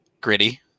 gritty